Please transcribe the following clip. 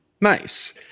nice